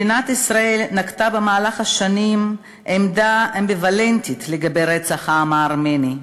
מדינת ישראל נקטה במהלך השנים עמדה אמביוולנטית לגבי רצח העם הארמני,